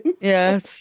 Yes